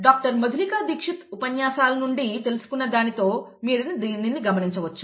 doctor Madhulika Dixit ఉపన్యాసాల నుండి తెలుసుకున్న దానితో మీరు దీనిని గమనించవచ్చు